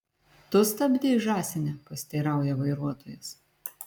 tu stabdei žąsine pasiteirauja vairuotojas